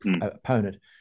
opponent